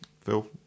Phil